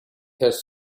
has